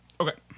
Okay